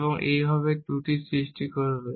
এবং এইভাবে ত্রুটি সৃষ্টি করবে